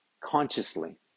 consciously